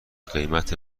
قیمت